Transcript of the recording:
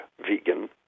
vegan